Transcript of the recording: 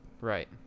right